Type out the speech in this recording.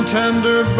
tender